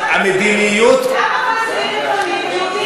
המדיניות, למה הפלסטינים תמיד והיהודים לא?